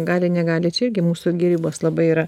gali negali čia irgi mūsų gi ribos labai yra